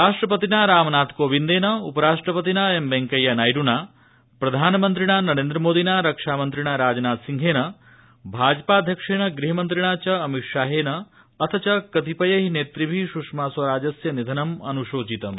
राष्ट्रपतिना रामनाथ कोविन्देन उपराष्ट्रपतिना एम वेंकैया नायड्ना प्रधानमन्त्रिणा नरेन्द्रमोदिना रक्षामन्त्रिणा राजनाथ सिंहेन भाजपाध्यक्षेण गृहमन्त्रिणा च अमितशाहेन अथ च कतिपयैः नेतृभिः सुषमा स्वराजस्य निधनम् अन्शोचितम्